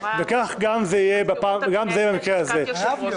עברה --- לשכת יושב-ראש.